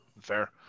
fair